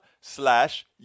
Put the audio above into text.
Slash